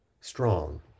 strong